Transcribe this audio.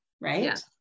right